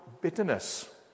bitterness